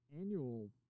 annual